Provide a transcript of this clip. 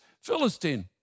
Philistine